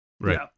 Right